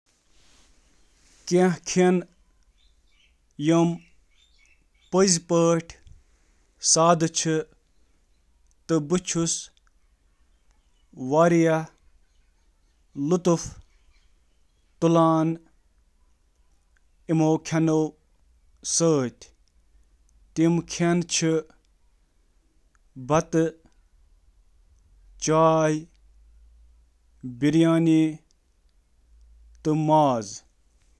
کینٛہہ کھٮ۪ن چھِ یِم پٔزۍ پٲٹھۍ سادٕ چھِ تہٕ کانٛہہ ہٮ۪کہِ واریاہ لُطُف تُلِتھ یِمَن منٛز کشمیٖری پنیر، ٹھوٗل راجما دال تہٕ باقٕے شٲمِل چھِ۔